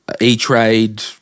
E-Trade